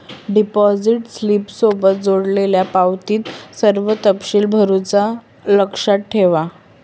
deposit स्लिपसोबत जोडलेल्यो पावतीत सर्व तपशील भरुचा लक्षात ठेवा